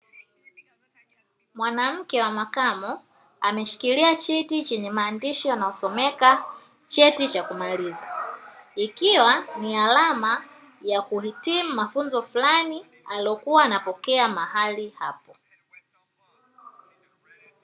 Mwanamke wa makamo ameshikilia cheti chenye maandishi yanayosomeka cheti cha kumaliza, ikiwa ni alama ya kuhitimu mafunzo fulani aliyokuwa anapokea mahali hapo.